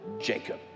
Jacob